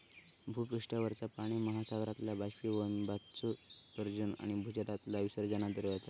भूपृष्ठावरचा पाणि महासागरातला बाष्पीभवन, बाष्पोत्सर्जन आणि भूजलाच्या विसर्जनाद्वारे होता